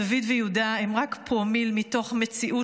דוד ויהודה הם רק פרומיל מתוך מציאות